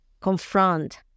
confront